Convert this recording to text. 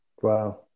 wow